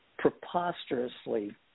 preposterously